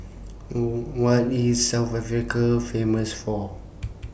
What IS South Africa Famous For